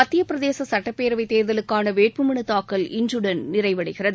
மத்திய பிரதேச சுட்டப்பேரவைத் தேர்தலுக்கான வேட்புமனு தாக்கல் இன்றுடன் நிறைவடைகிறது